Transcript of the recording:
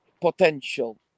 potential